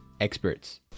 experts